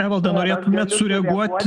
evalda norėtumėt sureaguoti